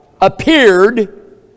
appeared